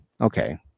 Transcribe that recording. Okay